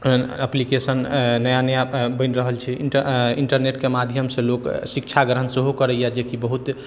application नया नया बनि रहल छै इन्टरनेटेके माध्यमसँ लोक शिक्षा ग्रहण सेहो करैए जे कि बहुत